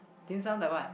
dim-sum the what